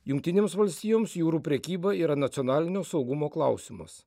jungtinėms valstijoms jūrų prekyba yra nacionalinio saugumo klausimus